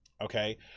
Okay